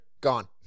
Gone